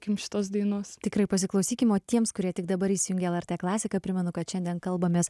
kimštos dainos tikrai pasiklausykime tiems kurie tik dabar įsijungę lrt klasiką primenu kad šiandien kalbamės